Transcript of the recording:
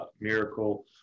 Miracle